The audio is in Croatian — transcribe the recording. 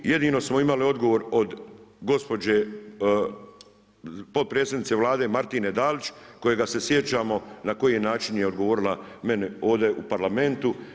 Jedino smo imali odgovor od gospođe potpredsjednice Vlade Martine Dalić kojega se sjećamo na koji način je odgovorila meni ovdje u Parlamentu.